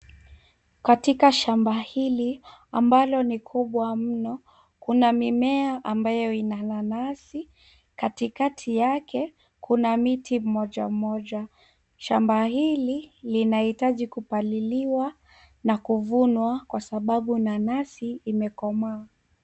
Katika shamba hilia mablo ni kubwa mno kuna mimea ambayo ina nanasi. Katikati yake kuna mti mmoja mmoja. Shamba hili linahitaji kupaliliwa na kuvunwa kwa sababu nanasi imekomaa.